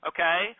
Okay